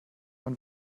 man